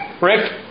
Rick